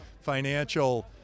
financial